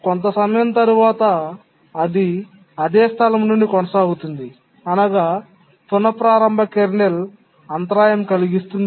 కొంత సమయం తరువాత అది అదే స్థలం నుండి కొనసాగుతుంది అనగా పున ప్రారంభ కెర్నల్ అంతరాయం కలిగిస్తుంది